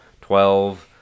twelve